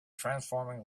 transforming